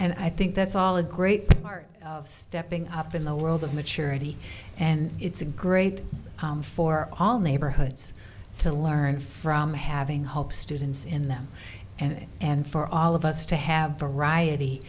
and i think that's all a great part of stepping up in the world of maturity and it's a great for all neighborhoods to learn from having help students in them and and for all of us to have variety